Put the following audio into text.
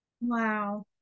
Wow